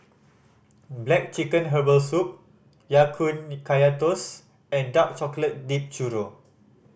black chicken herbal soup Ya Kun Kaya Toast and dark chocolate dipped churro